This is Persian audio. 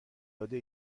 داده